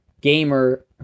gamer